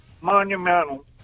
Monumental